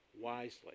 wisely